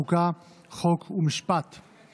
בארגון חירום והצלה טרום אשפוז או בחדר מיון),